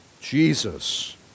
Jesus